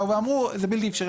הם באו ואמרו: זה בלתי אפשרי,